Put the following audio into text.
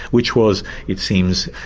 which was, it seems,